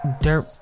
dirt